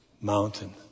mountain